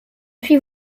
puis